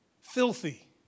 filthy